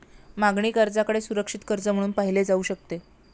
मागणी कर्जाकडे सुरक्षित कर्ज म्हणून पाहिले जाऊ शकते